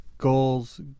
Goals